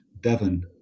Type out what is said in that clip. Devon